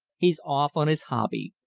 he's off on his hobby.